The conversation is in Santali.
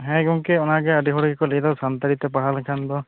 ᱦᱮᱸ ᱜᱚᱢᱠᱮ ᱚᱱᱟ ᱜᱮ ᱟᱹᱰᱤ ᱦᱚᱲ ᱜᱮᱠᱚ ᱞᱟᱹᱭ ᱮᱫᱟ ᱥᱟᱱᱛᱟᱲᱤ ᱛᱮ ᱯᱟᱲᱦᱟᱣ ᱞᱮᱠᱷᱟᱱ ᱫᱚ